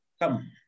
Come